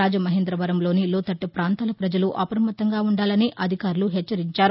రాజమహేంద్రవరంలోని లోతట్లప్రాంతాల ప్రజలు అప్రమత్తంగా ఉండాలని అధికారులు హెచ్చరిచ్చారు